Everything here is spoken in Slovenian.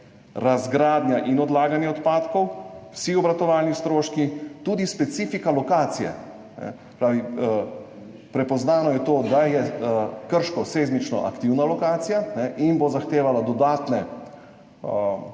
razgradnja in odlaganje odpadkov, vsi obratovalni stroški, tudi specifika lokacije. Se pravi, prepoznano je to, da je Krško seizmično aktivna lokacija in bo zahtevala dodatne